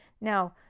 Now